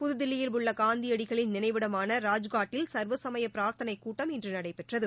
புதுதில்லியில் உள்ள காந்தியடிகளின் நினைவிடமான ராஜ்காட்டில் சர்வசமய பிரார்த்தனை கூட்டம் இன்று நடைபெற்றது